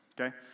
okay